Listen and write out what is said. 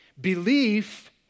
Belief